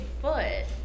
foot